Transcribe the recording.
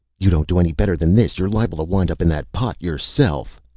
you don't do any better than this you're liable to wind up in that pot yourself.